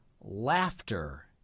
laughter